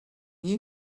you